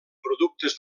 productes